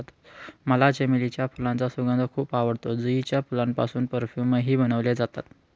मला चमेलीच्या फुलांचा सुगंध खूप आवडतो, जुईच्या फुलांपासून परफ्यूमही बनवले जातात